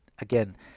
again